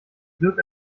dirk